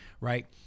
right